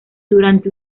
durante